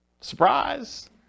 Surprise